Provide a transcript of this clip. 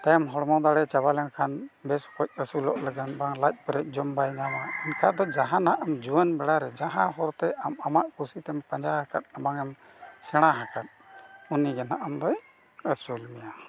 ᱛᱟᱭᱚᱢ ᱦᱚᱲᱢᱚ ᱫᱟᱲᱮ ᱪᱟᱵᱟ ᱞᱮᱱᱠᱷᱟᱱ ᱵᱮᱥ ᱠᱚᱡ ᱟᱹᱥᱩᱞᱚᱜ ᱞᱮᱠᱟᱱ ᱵᱟᱝ ᱞᱟᱡ ᱯᱮᱨᱮᱡ ᱡᱚᱢ ᱵᱟᱭ ᱧᱟᱢᱟ ᱚᱱᱠᱟ ᱫᱚ ᱡᱟᱦᱟᱸᱱᱟᱜ ᱟᱢ ᱡᱩᱣᱟᱹᱱ ᱵᱮᱲᱟ ᱨᱮ ᱡᱟᱦᱟᱸ ᱦᱚᱨ ᱛᱮ ᱟᱢ ᱟᱢᱟᱜ ᱠᱩᱥᱤ ᱛᱮᱢ ᱯᱟᱸᱡᱟ ᱟᱠᱟᱫ ᱟᱨ ᱵᱟᱝᱮᱢ ᱥᱮᱬᱟ ᱟᱠᱟᱫ ᱩᱱᱤ ᱜᱮ ᱱᱟᱜ ᱟᱢ ᱫᱚᱭ ᱟᱹᱥᱩᱞ ᱢᱮᱭᱟ